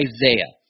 Isaiah